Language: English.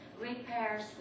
repairs